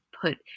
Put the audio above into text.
put